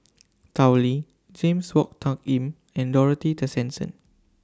Tao Li James Wong Tuck Yim and Dorothy Tessensohn